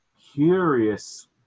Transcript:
curious